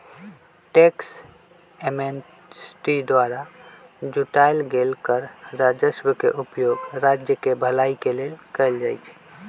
tax amnesty द्वारा जुटाएल गेल कर राजस्व के उपयोग राज्य केँ भलाई के लेल कएल जाइ छइ